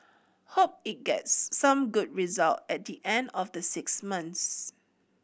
hope it gets some good result at the end of the six months